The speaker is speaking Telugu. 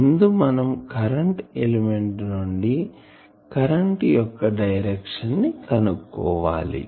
ముందు మనం కరెంట్ ఎలిమెంట్ నుండి కరెంటు యొక్క డైరక్షన్ ని కనుక్కోవాలి